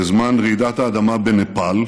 בזמן רעידת האדמה בנפאל,